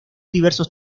diversos